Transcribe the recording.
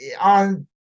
on